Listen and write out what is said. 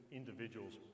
individuals